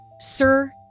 sir